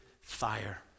fire